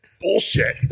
bullshit